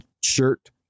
shirt